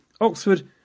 Oxford